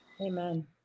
Amen